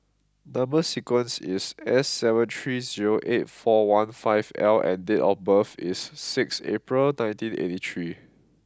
number sequence is S seven three zero eight four one five L and date of birth is sixth April nineteen eighty three